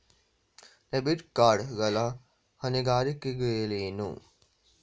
Debit card ಗಳ ಹೊಣೆಗಾರಿಕೆಗಳೇನು?